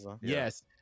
yes